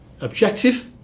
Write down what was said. objective